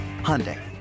Hyundai